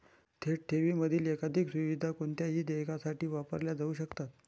थेट ठेवींमधील एकाधिक सुविधा कोणत्याही देयकासाठी वापरल्या जाऊ शकतात